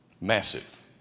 Massive